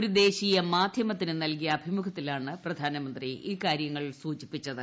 ഒരു ദേശീയ മാധ്യമത്തിന് നൽകിയ അഭിമുഖത്തിലാണ് പ്രധാനമന്ത്രി ഇക്കാര്യങ്ങൾ സൂചിപ്പിച്ചത്